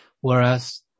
Whereas